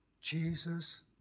Jesus